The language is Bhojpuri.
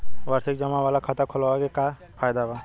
वार्षिकी जमा वाला खाता खोलवावे के का फायदा बा?